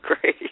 Great